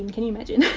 can you imagine? and